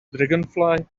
dragonfly